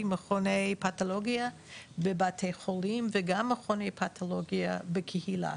מכוני פתולוגיה בבית חולים וגם מכוני פתולוגיה בקהילה